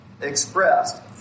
expressed